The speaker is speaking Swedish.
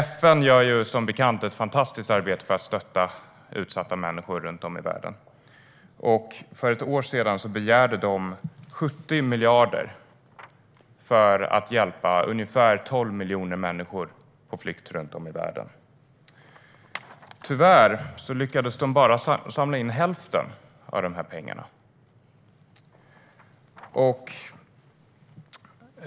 FN gör som bekant ett fantastiskt arbete för att stötta utsatta människor runt om i världen. För ett år sedan begärde de 70 miljarder för att hjälpa ungefär 12 miljoner människor på flykt runt om i världen. Tyvärr lyckades de bara samla in hälften av de här pengarna.